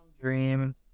dream